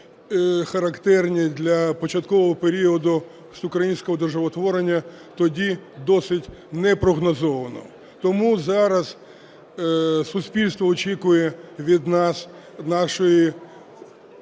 характерні для початкового періоду з українського державотворення, тоді досить непрогнозованого. Тому зараз суспільство очікує від нас нашої